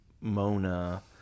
Mona